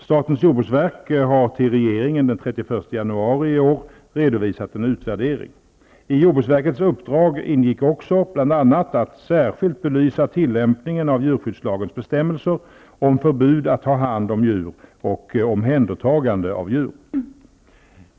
Statens jordbruksverk har till regeringen den 31 januari i år redovisat en utvärdering. I jordbruksverkets uppdrag ingick också bl.a. att särskilt belysa tillämpningen av djurskyddslagens bestämmelser om förbud mot att ha hand om djur och omhändertagande av djur.